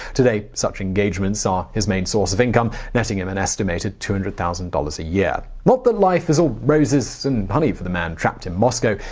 today, such engagements are his main source of income, netting him an estimated two hundred thousand dollars a year. yeah not that life is all roses and honey for the man trapped in moscow.